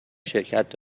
شرکت